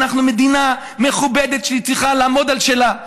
אנחנו מדינה מכובדת שצריכה לעמוד על שלה,